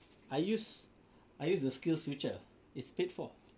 I use I use the SkillsFuture is paid for